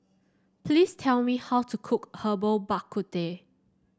please tell me how to cook Herbal Bak Ku Teh